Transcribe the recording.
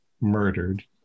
murdered